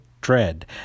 dread